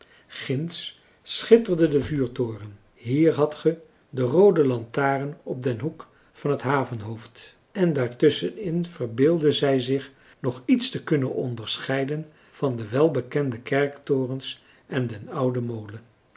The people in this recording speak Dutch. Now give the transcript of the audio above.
ginds schitterde de vuurtoren hier hadt ge de roode lantaarn op den hoek van het havenhoofd en daartusschenin verbeeldden zij zich nog iets te kunnen onderscheiden van de welbekende kerktorens en den ouden molen